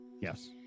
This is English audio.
Yes